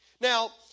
Now